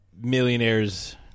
millionaires